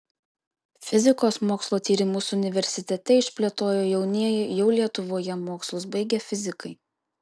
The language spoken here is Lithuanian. fizikos mokslo tyrimus universitete išplėtojo jaunieji jau lietuvoje mokslus baigę fizikai